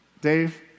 Dave